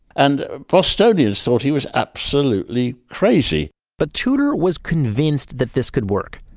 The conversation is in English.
and bostonians thought he was absolutely crazy but tudor was convinced that this could work.